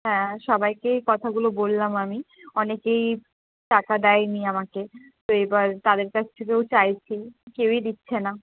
হ্যাঁ সবাইকেই কথাগুলো বললাম আমি অনেকেই টাকা দেয়নি আমাকে তো এবার তাদের কাছ থেকেও চাইছি কেউই দিচ্ছে না